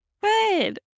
good